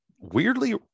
weirdly